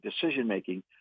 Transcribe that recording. decision-making